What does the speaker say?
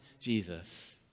Jesus